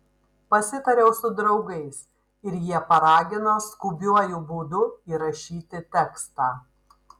pasitariau su draugais ir jie paragino skubiuoju būdu įrašyti tekstą